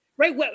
Right